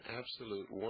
absolute